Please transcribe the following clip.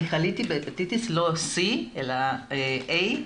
אני חליתי בהפטיטיס, לא סי, אלא איי,